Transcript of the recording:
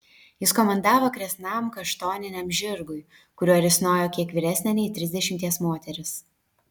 jis komandavo kresnam kaštoniniam žirgui kuriuo risnojo kiek vyresnė nei trisdešimties moteris